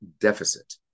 deficit